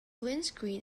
windscreen